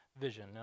vision